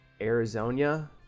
Arizona